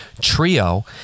trio